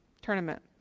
tournament